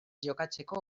jokatzeko